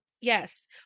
Yes